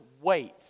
wait